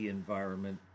environment